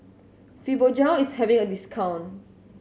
fibogel is having a discount